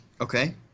Okay